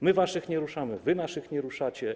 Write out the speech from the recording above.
My waszych nie ruszamy, wy naszych nie ruszacie.